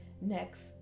Next